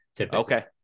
Okay